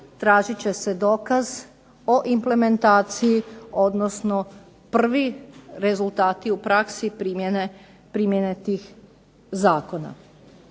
tražit će se dokaz o implementaciji, odnosno prvi rezultati u praksi primjene tih zakona.